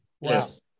Yes